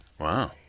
Wow